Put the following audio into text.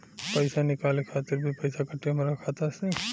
पईसा निकाले खातिर भी पईसा कटी हमरा खाता से?